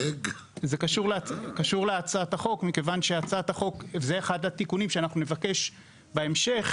זה קשור להצעת החוק מכיוון שזה אחד התיקונים שאנחנו נבקש בהמשך.